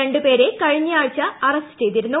രണ്ട് പേരെ കഴിഞ്ഞയാഴ്ച അറസ്റ്റ് ചെയ്തിരുന്നു